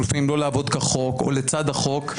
או לפעמים לא לעבוד כחוק או לצד החוק,